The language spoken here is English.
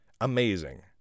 amazing